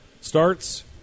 starts